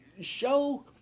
Show